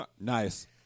Nice